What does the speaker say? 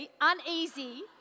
uneasy